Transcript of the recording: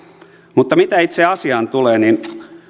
mutta mitä itse asiaan tulee niin